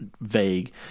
vague